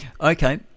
Okay